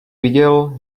viděl